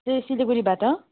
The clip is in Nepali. त्यहीँ सिलिगुडीबाट